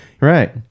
Right